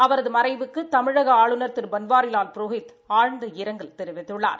அவரது மறைவுக்கு தமிழக ஆளுநர் திரு பன்வாரிலால் புரோஹித் ஆழ்ந்த இரங்கல் தெரிவித்துள்ளார்